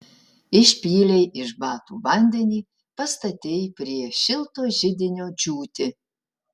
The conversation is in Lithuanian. išpylei iš batų vandenį pastatei prie šilto židinio džiūti